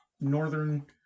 northern